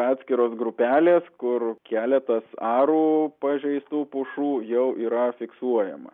atskiros grupelės kur keletas arų pažeistų pušų jau yra fiksuojama